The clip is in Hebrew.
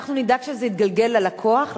אנחנו נדאג שזה יתגלגל ללקוח,